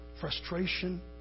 frustration